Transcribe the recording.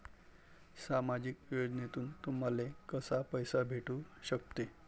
सामाजिक योजनेतून तुम्हाले कसा पैसा भेटू सकते?